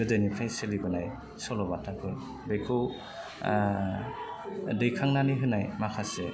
गोदोनिफ्राइ सोलिबोनाय सल' बाथाफोर बेखौ दैखांनानै होनाय माखासे